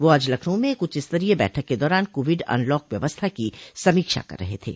वह आज लखनऊ में एक उच्चस्तरीय बैठक के दौरान कोविड अनलॉक व्यवस्था की समीक्षा कर रहे थे